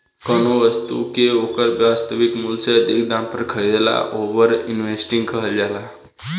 कौनो बस्तु के ओकर वास्तविक मूल से अधिक दाम पर खरीदला ओवर इन्वेस्टिंग कहल जाला